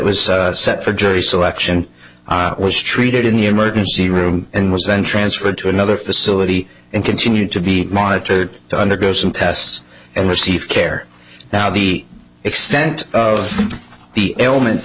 was set for jury selection i was treated in the emergency room and was then transferred to another facility and continued to be monitored to undergo some tests and receive care now the extent of the elements